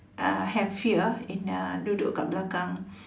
uh have fear in uh duduk dekat belakang